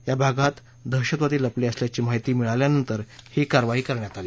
या भागात दहशतवादी लपले असल्याची माहिती मिळाल्यानंतर ही कारवाई करण्यात आली